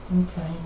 Okay